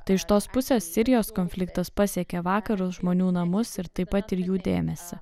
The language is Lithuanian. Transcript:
tai iš tos pusės sirijos konfliktas pasiekė vakarus žmonių namus ir taip pat ir jų dėmesį